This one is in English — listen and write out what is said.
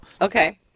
Okay